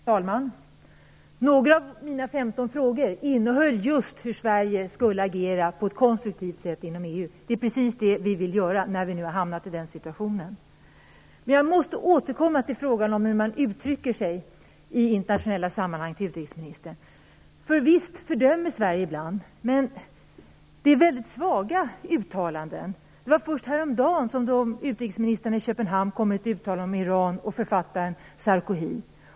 Fru talman! Några av mina 15 frågor handlade just om hur Sverige skall agera konstruktivt inom EU. Det är precis det vi vill göra, när vi nu har hamnat i den situationen. Jag måste återkomma till utrikesministern med frågan om hur man uttrycker sig i internationella sammanhang. Visst fördömer Sverige ibland, men det är väldigt svaga uttalanden. Det var först häromdagen som utrikesministern i Köpenhamn kom med ett uttalande om Iran och författaren Sarkoohi.